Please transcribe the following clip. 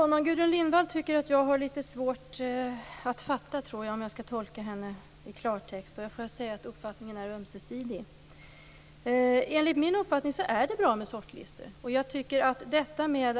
Herr talman! Om jag skall tolka Gudrun Lindvall i klartext tycker hon att jag har litet svårt att fatta. Uppfattningen är ömsesidig. Enligt min uppfattning är sortlistor bra.